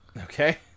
Okay